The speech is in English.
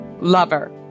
Lover